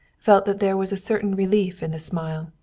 felt that there was a certain relief in the smile,